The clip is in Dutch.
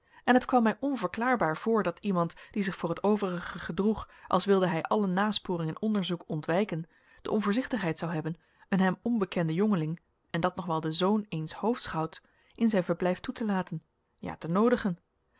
en het kwam mij onverklaarbaar voor dat iemand die zich voor t overige gedroeg als wilde hij alle nasporing en onderzoek ontwijken de onvoorzichtigheid zou hebben een hem onbekenden jongeling en dat nog wel den zoon eens hoofdschouts in zijn verblijf toe te laten ja te noodigen